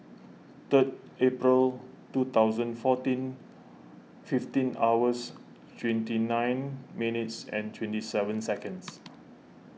third April two thousand fourteen fifteen hours twenty nine minutes and twenty seven seconds